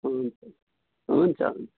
हुन्छ हुन्छ हुन्छ